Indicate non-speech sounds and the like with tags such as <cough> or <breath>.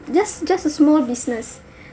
just just a small business <breath>